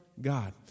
God